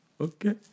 Okay